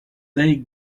they